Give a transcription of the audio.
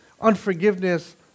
unforgiveness